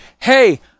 Hey